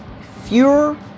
fewer